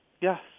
Yes